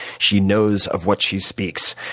she knows of what she speaks.